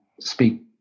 speak